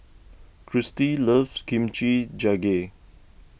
Chrissy loves Kimchi Jjigae